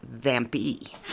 Vampy